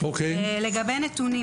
לגבי נתונים